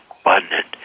abundant